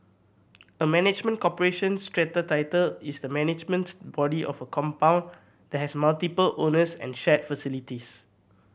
a management corporation strata title is the management body of a compound that has multiple owners and shared facilities